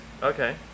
Okay